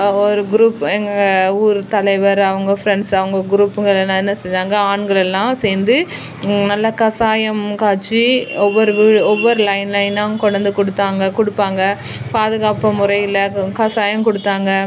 ஒரு க்ரூப் எங்கள் ஊர் தலைவர் அவங்க ஃப்ரெண்ட்ஸ் அவங்க க்ரூப்புங்க எல்லாம் என்ன செஞ்சாங்க ஆண்கள் எல்லாம் சேர்ந்து நல்ல கஷாயம் காய்ச்சி ஒவ்வொரு வீ ஒவ்வொரு லைன் லைனாக அவங்க கொண்டு வந்து கொடுத்தாங்க கொடுப்பாங்க பாதுகாப்பு முறையில் கஷாயம் கொடுத்தாங்க